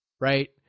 Right